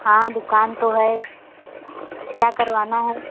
हाँ दुकान तो है क्या करवाना है